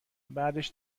بعدش